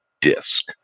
DISC